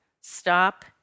Stop